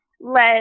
let